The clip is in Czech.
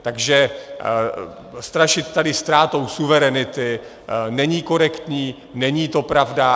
Takže strašit tady ztrátou suverenity není korektní, není to pravda.